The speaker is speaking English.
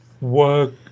work